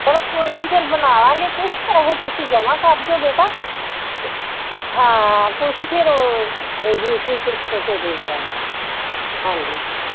ਉਹ ਕੋਈ ਨਹੀਂ ਫਿਰ ਬਣਾਵਾਂਗੇ ਕੁਛ ਤਾਂ ਇਹ ਤੁਸੀਂ ਜਮ੍ਹਾਂ ਕਰ ਜਾਓ ਬੇਟਾ ਹਾਂ ਕੁਛ ਫਿਰ ਦੂਸਰੀ ਕਿਸ਼ਤ 'ਚੋਂ ਦੇ ਜਾਣਾ ਹਾਂਜੀ